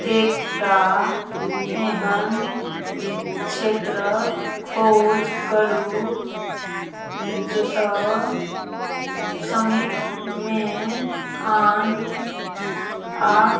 एकटा एहन क्षेत्रक खोज करू जतऽ समीपमे आन आ